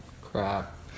crap